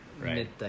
right